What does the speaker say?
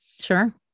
Sure